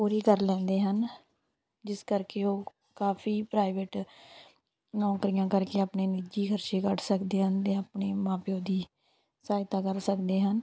ਪੂਰੀ ਕਰ ਲੈਂਦੇ ਹਨ ਜਿਸ ਕਰਕੇ ਉਹ ਕਾਫੀ ਪ੍ਰਾਈਵੇਟ ਨੌਕਰੀਆਂ ਕਰਕੇ ਆਪਣੇ ਨਿੱਜੀ ਖਰਚੇ ਕੱਢ ਸਕਦੇ ਹਨ ਅਤੇ ਆਪਣੇ ਮਾਂ ਪਿਓ ਦੀ ਸਹਾਇਤਾ ਕਰ ਸਕਦੇ ਹਨ